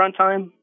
runtime